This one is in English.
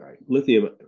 lithium